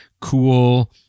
cool